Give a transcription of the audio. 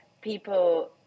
people